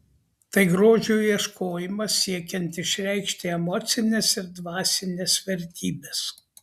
tai grožio ieškojimas siekiant išreikšti emocines ir dvasines vertybes